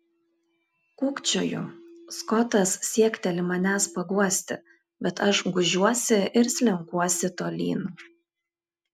kūkčioju skotas siekteli manęs paguosti bet aš gūžiuosi ir slenkuosi tolyn